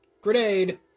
grenade